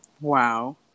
wow